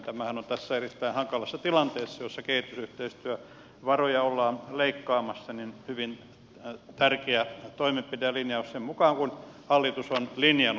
tämähän on tässä erittäin hankalassa tilanteessa jossa kehitysyhteistyövaroja ollaan leikkaamassa hyvin tärkeä toimenpide ja linjaus sen mukainen kuin hallitus on linjannut